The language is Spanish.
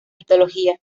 mitología